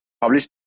published